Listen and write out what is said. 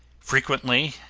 frequently,